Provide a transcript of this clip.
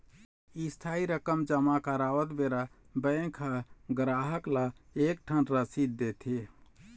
इस्थाई रकम जमा करवात बेरा बेंक ह गराहक ल एक ठन रसीद देथे